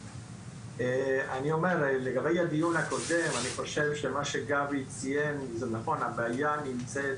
אני חושב שמה שגבי ציין זה נכון, הבעיה נמצאת